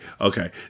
okay